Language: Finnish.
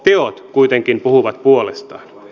teot kuitenkin puhuvat puolestaan